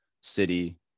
City